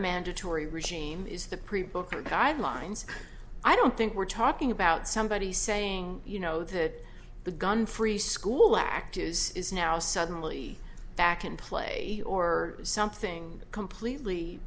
mandatory regime is the pre book are guidelines i don't think we're talking about somebody saying you know that the gun free school act is is now suddenly back in play or something completely